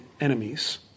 enemies